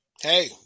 Hey